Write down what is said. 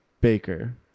Baker